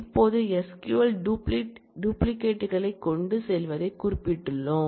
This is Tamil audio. இப்போது SQL டூப்ளிகேட் களைக் கொண்டு செல்வதைக் குறிப்பிட்டுள்ளோம்